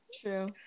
True